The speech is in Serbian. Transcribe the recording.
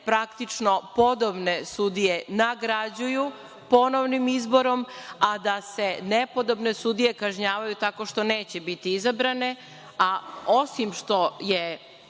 praktično podobne sudije nagrađuju ponovnim izborom, a da se nepodobne sudije kažnjavaju tako što neće biti izabrane, a osim što je